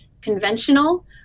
conventional